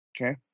Okay